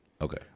Okay